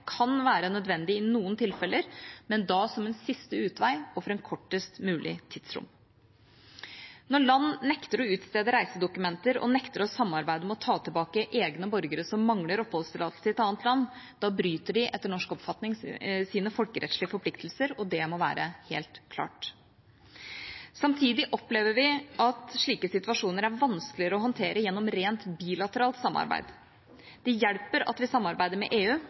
kan være nødvendig i noen tilfeller, men da som en siste utvei og for et kortest mulig tidsrom. Når land nekter å utstede reisedokumenter og nekter å samarbeide om å ta tilbake egne borgere som mangler oppholdstillatelse i et annet land, bryter de, etter norsk oppfatning, sine folkerettslige forpliktelser. Det må være helt klart. Samtidig opplever vi at slike situasjoner er vanskelige å håndtere gjennom et rent bilateralt samarbeid. Det hjelper at vi samarbeider med EU,